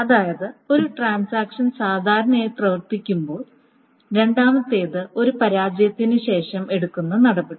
അതായത് ഒരു ട്രാൻസാക്ഷൻ സാധാരണയായി പ്രവർത്തിക്കുമ്പോൾ രണ്ടാമത്തേത് ഒരു പരാജയത്തിന് ശേഷം എടുക്കുന്ന നടപടി